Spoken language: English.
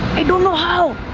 i don't know how.